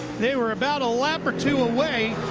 they were about a lap or two away.